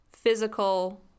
physical